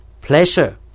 pleasure